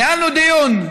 ניהלנו דיון.